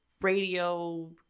radio